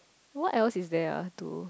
what else is there ah to